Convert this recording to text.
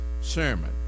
sermon